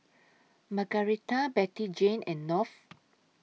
Margarita Bettyjane and North